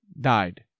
died